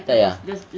tak payah